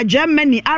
Germany